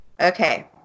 Okay